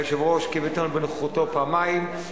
היושב-ראש כיבד אותנו בנוכחותו פעמיים,